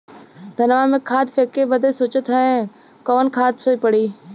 धनवा में खाद फेंके बदे सोचत हैन कवन खाद सही पड़े?